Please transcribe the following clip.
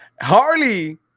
Harley